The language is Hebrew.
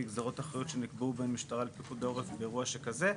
גזרות אחריות שנקבעו בין משטרה לפיקוד העורף באירוע שכזה.